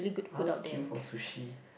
I would queue for sushi